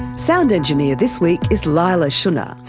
sound engineer this week is leila shunnar,